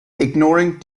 ignoring